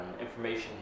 information